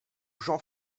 jean